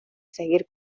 seguir